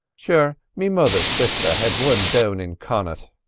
sure, me mother's sister had one down in connaught.